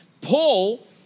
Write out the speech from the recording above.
Paul